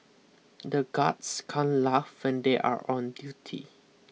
the guards can't laugh when they are on duty